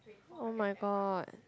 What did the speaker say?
[oh]-my-god